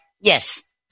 Yes